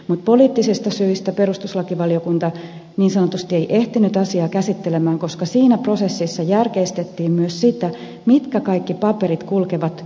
mutta poliittisista syistä perustuslakivaliokunta niin sanotusti ei ehtinyt asiaa käsittelemään koska siinä prosessissa järkeistettiin myös sitä mitkä kaikki paperit kulkevat kolmikantaosapuolten kautta